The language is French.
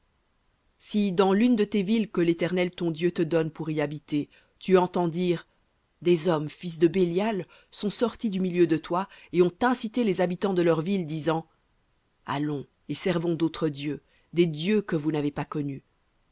si dans l'une de tes villes que l'éternel ton dieu te donne pour y habiter tu entends dire des hommes fils de bélial sont sortis du milieu de toi et ont incité les habitants de leur ville disant allons et servons d'autres dieux que vous n'avez pas connus